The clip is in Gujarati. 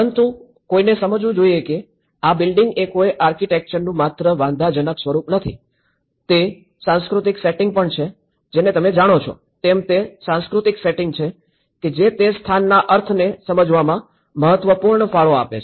પરંતુ કોઈને સમજવું જોઈએ કે આ બિલ્ડિંગ એ કોઈ આર્કિટેક્ચરનું માત્ર વાંધાજનક સ્વરૂપ નથી તે સાંસ્કૃતિક સેટિંગ પણ છે જેને તમે જાણો છો તેમ તે સાંસ્કૃતિક સેટિંગ છે કે જે તે સ્થાનના અર્થને સમજવામાં મહત્વપૂર્ણ ફાળો આપે છે